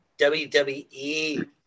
WWE